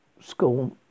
School